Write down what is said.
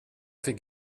fick